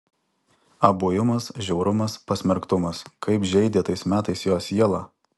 abuojumas žiaurumas pasmerktumas kaip žeidė tais metais jo sielą